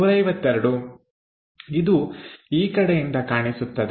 152 ಇದು ಈ ಕಡೆಯಿಂದ ಕಾಣಿಸುತ್ತದೆ